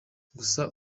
gusa